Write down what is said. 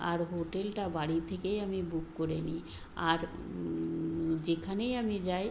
আর হোটেলটা বাড়ি থেকেই আমি বুক করে নিই আর যেখানেই আমি যাই